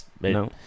No